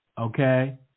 Okay